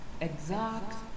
exact